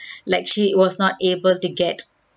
like she was not able to get